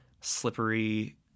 slippery